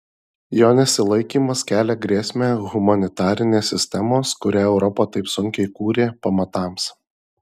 jo nesilaikymas kelia grėsmę humanitarinės sistemos kurią europa taip sunkiai kūrė pamatams